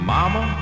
Mama